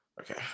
Okay